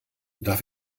darf